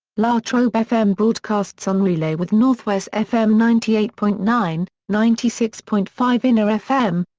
la trobe fm broadcasts on relay with north west fm ninety eight point nine, ninety six point five inner fm,